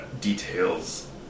details